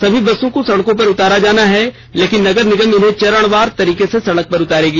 सभी बसों को सड़कों पर उतारा जाना है लेकिन नगर निगम इन्हें चरणवार तरीके से सड़क पर उतारेगा